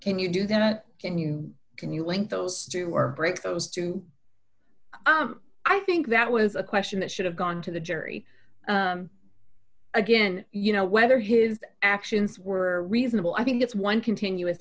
can you do that can you can you link those two or break those too i think that was a question that should have gone to the jury again you know whether his actions were reasonable i think it's one continuous